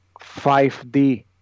5D